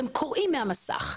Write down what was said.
הם קוראים מהמסך.